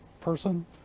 person